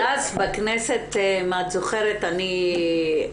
הדס, אם את זוכרת בתחילת